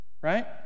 Right